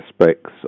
aspects